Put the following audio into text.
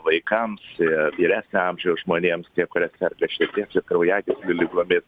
vaikams ir vyresnio amžiaus žmonėms tie kurie serga širdies kraujagyslių ligomis